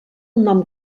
nom